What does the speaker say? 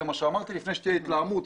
וזאת כדי למנוע התלהמות.